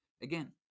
Again